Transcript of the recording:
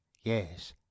Yes